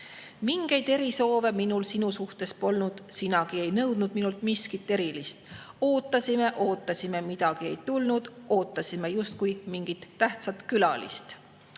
"Mingeid erisoove minul sinu suhtes polnud, / sinagi ei nõudnud minult miskit erilist. / Ootasime, ootasime, midagi ei tulnud, / ootasime justkui mingit tähtsat külalist."